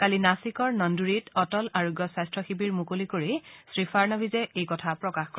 কালি নাছিকৰ নন্দুৰিত অটল আৰোগ্য স্বাস্থ্য শিবিৰ মুকলি কৰি শ্ৰী ফাড়নাৱিজে এই কথা প্ৰকাশ কৰে